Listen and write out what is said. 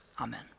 amen